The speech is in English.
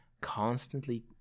constantly